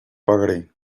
pagaré